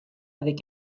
avec